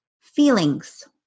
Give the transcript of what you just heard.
feelings